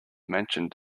mentioned